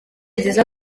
nziza